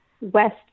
west